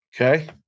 Okay